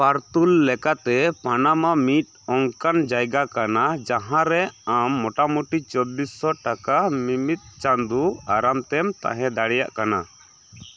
ᱯᱟᱨᱛᱩᱞ ᱞᱮᱠᱟᱛᱮ ᱯᱟᱱᱟᱢᱟ ᱢᱤᱫ ᱚᱱᱠᱟᱱ ᱡᱟᱭᱜᱟ ᱠᱟᱱᱟ ᱡᱟᱦᱟᱸᱨᱮ ᱟᱢ ᱢᱚᱴᱟᱢᱩᱴᱤ ᱪᱚᱵᱽᱵᱤᱥᱥᱚ ᱴᱟᱠᱟ ᱢᱤᱢᱤᱫ ᱪᱟᱸᱫᱳ ᱟᱨᱟᱢ ᱛᱮᱢ ᱛᱟᱦᱮᱸ ᱫᱟᱲᱮᱭᱟᱜ ᱠᱟᱱᱟ